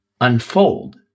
unfold